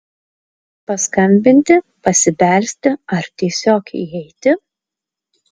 paskambinti pasibelsti ar tiesiog įeiti